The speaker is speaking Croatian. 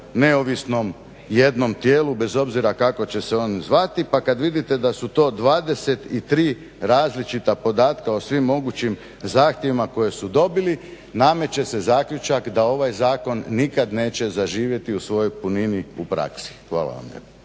neovisnom jednom tijelu bez obzira kako će se on zvati. Pa kad vidite da su to 23 različita podatka o svim mogućim zahtjevima koje su dobili nameće se zaključak da ovaj zakon nikad neće zaživjeti u svojoj punini, u praksi. Hvala vam